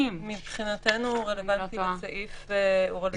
נדרש מראש הרשות המקומית להתחייב באתר